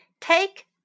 Take